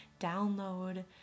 download